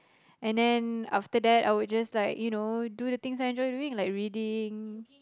and then after that I would just like you know do the things I enjoy doing like reading